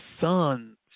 sons